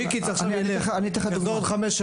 אני אתן לך דוגמה.